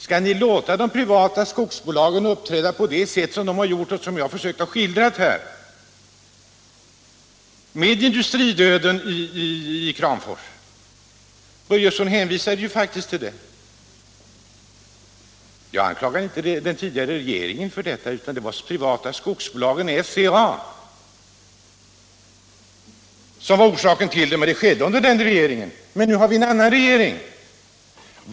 Skall ni låta de privata skogsbolagen uppträda på det sätt som de har gjort och som jag har försökt skildra genom att visa på industridöden i Kramfors? Herr Börjesson hänvisade faktiskt till den. Jag anklagar inte den tidigare regeringen för den — det var det privata skogsbolaget SCA som orsakade den. Men den inträffade under den gamla regeringen. Nu har vi emellertid en annan regering.